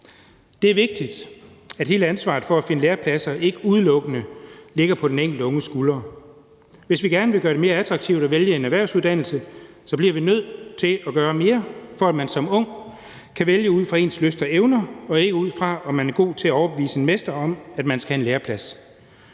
Det er vigtigt, at hele ansvaret for at finde lærepladser ikke udelukkende ligger på den enkelte unges skuldre. Hvis vi gerne vil gøre det mere attraktivt at vælge en erhvervsuddannelse, bliver vi nødt til at gøre mere, for at man som ung kan vælge ud fra ens lyst og evner og ikke ud fra, om man er god til at overbevise en mester om, at man skal have en læreplads.